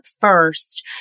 first